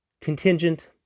contingent